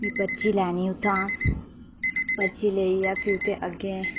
फ्ही पर्ची लैनी उत्थां पर्ची लेइयै फ्ही उत्थै अग्गै